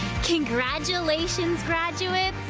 congratulations, graduates.